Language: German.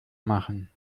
machen